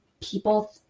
people